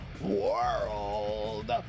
World